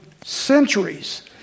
centuries